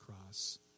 cross